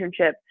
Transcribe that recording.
internship